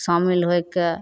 शामिल होइके